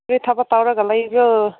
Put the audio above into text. ꯀꯔꯤ ꯊꯕꯛ ꯇꯧꯔꯒ ꯂꯩꯕ꯭ꯔꯣ